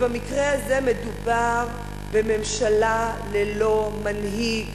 במקרה הזה מדובר בממשלה ללא מנהיג,